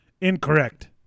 Incorrect